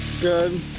Good